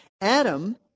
Adam